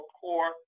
core